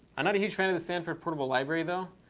i'm not a huge fan of the sanford portable library, though.